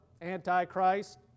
anti-Christ